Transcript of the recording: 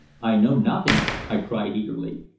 i know nothing, i cried eagerly.